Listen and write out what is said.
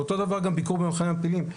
אותו דבר גם ביקור במחנה המעפילים,